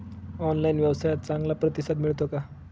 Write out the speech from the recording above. Online व्यवसायात चांगला प्रतिसाद मिळतो का?